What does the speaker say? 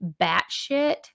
batshit